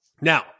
Now